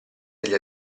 degli